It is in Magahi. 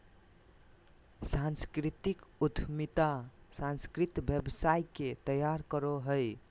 सांस्कृतिक उद्यमिता सांस्कृतिक व्यवसाय के तैयार करो हय